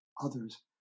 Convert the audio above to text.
others